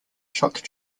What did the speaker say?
shock